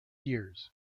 years